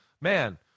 man